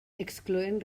excloent